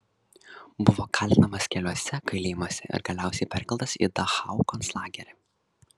buvo kalinamas keliuose kalėjimuose ir galiausiai perkeltas į dachau konclagerį